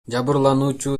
жабырлануучу